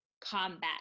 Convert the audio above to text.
combat